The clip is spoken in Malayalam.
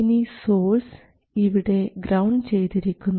ഇനി സോഴ്സ് ഇവിടെ ഗ്രൌണ്ട് ചെയ്തിരിക്കുന്നു